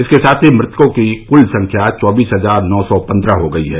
इसके साथ ही मृतकों की कुल संख्या चौबीस हजार नौ सौ पंद्रह हो गई है